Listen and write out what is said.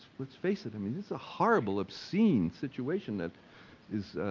let's face it. i mean, it's a horrible, obscene situation that is,